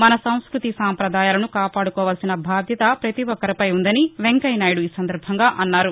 మన సంస్భృతి సాంప్రదాయాలను కాపాడుకోవాల్సిన బాధ్యత పతి ఒక్కరిపై ఉందని వెంకయ్య నాయుడు అన్నారు